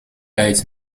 uit